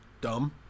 dumb